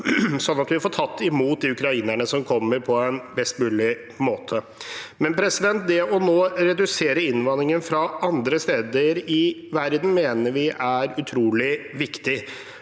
slik at vi får tatt imot de ukrainerne som kommer, på en best mulig måte. Det å nå redusere innvandringen fra andre steder i verden mener vi er utrolig viktig.